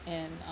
and